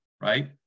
right